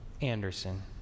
Anderson